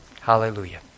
Hallelujah